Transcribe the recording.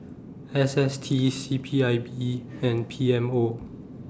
S S T C P I B and P M O